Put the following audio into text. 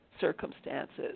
circumstances